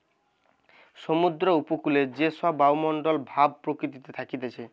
সমুদ্র উপকূলে যে সব বায়ুমণ্ডল ভাব প্রকৃতিতে থাকতিছে